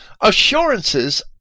assurances